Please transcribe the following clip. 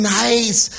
nice